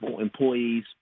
employees